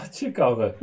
ciekawe